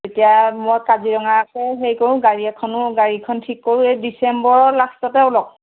তেতিয়া মই কাজিৰঙাকে হেৰি কৰোঁ গাড়ী এখনো গাড়ীখন ঠিক কৰোঁ এই ডিচেম্বৰৰ লাষ্টতে ওলক